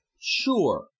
sure